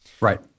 Right